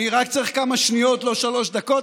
אני רק צריך כמה שניות, לא שלוש דקות.